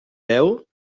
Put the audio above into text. veu